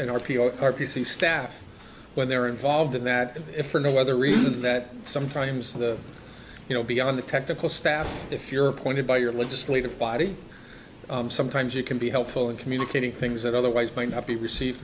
c staff when they're involved in that if for no other reason that sometimes the you know beyond the technical staff if you're appointed by your legislative body sometimes you can be helpful in communicating things that otherwise might not be received